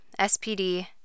SPD